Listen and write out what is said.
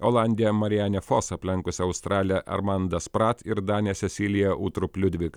olandė marianė fos aplenkusi australę armandą sprat ir danę sesliją utrup liudvik